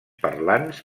parlants